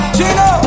Chino